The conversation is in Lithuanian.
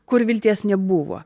kur vilties nebuvo